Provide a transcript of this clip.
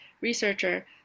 researcher